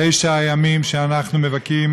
תשעת הימים שאנחנו מבכים